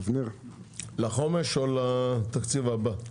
לחומש או לתקציב הבא?